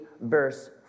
verse